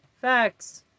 Facts